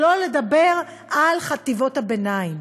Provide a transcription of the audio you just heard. שלא לדבר על חטיבות הביניים.